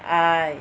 I